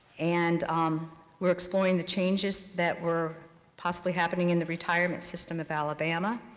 and um we're exploring the changes that were possibly happening in the retirement system of alabama.